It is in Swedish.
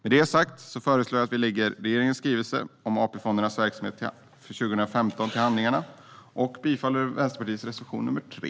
Med detta sagt fo ̈resla°r jag att regeringens skrivelse om AP-fondernas verksamhet för 2015 la ̈ggs till handlingarna, och jag yrkar bifall till Vänsterpartiets reservation nr 3.